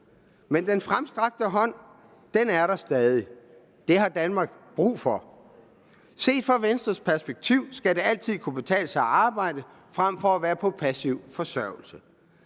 Men den fremstrakte hånd er der stadig, det har Danmark brug for. Set fra Venstres perspektiv skal det altid kunne betale sig at arbejde frem for at være på passiv forsørgelse.